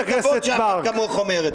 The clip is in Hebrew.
--- שאחת כמוך אומרת.